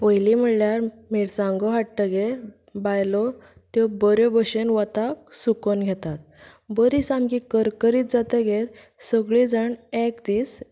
पयली म्हणल्यार मिरसांगो हाडटकगीर बायलो त्यो बऱ्यो भशेन वताक सुकोवन घेतात बरी सामकी करकरीत जातगीर सगळीं जाण एक दीस